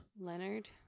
Leonard